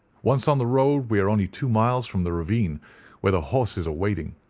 once on the road we are only two miles from the ravine where the horses are waiting.